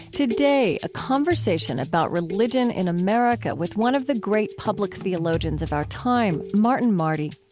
today a conversation about religion in america, with one of the great public theologians of our time, martin marty.